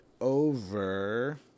over